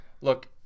Look